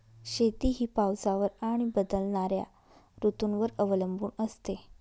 शेती ही पावसावर आणि बदलणाऱ्या ऋतूंवर अवलंबून असते